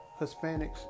Hispanics